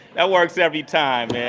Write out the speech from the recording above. that works every time, man!